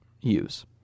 use